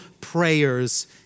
prayers